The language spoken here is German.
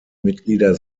mitglieder